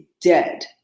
dead